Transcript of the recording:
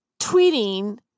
tweeting